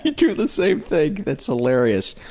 do the same thing, that's hilarious.